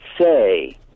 say